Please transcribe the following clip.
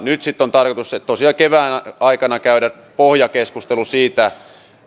nyt sitten on tarkoitus tosiaan kevään aikana käydä pohjakeskustelu